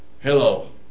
Hello